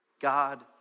God